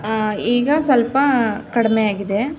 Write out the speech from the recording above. ಈಗ ಸ್ವಲ್ಪ ಕಡಿಮೆಯಾಗಿದೆ